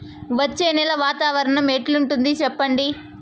వచ్చే నెల వాతావరణం ఎట్లుంటుంది చెప్పండి?